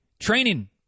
training